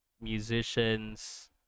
musicians